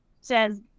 says